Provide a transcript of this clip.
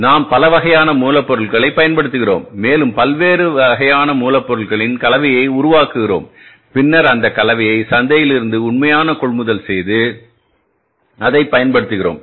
நாம் பல வகையான மூலப்பொருட்களைப் பயன்படுத்துகிறோம் மேலும் பல்வேறு வகையான மூலப்பொருட்களின் கலவையை உருவாக்குகிறோம் பின்னர்அந்த கலவையை சந்தையில் இருந்து உண்மையான கொள்முதல் செய்து அதைப் பயன்படுத்துகிறோம்